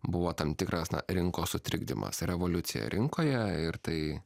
buvo tam tikras na rinkos sutrikdymas revoliucija rinkoje ir tai